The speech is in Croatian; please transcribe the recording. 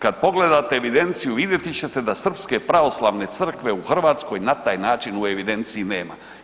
Kad pogledate evidenciju vidjet ćete da Srpske pravoslavne crkve u Hrvatskoj na taj način u evidenciji nema.